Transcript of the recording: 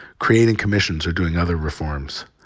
creating commissions or doing other reforms.